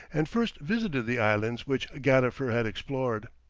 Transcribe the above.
and first visited the islands which gadifer had explored.